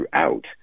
throughout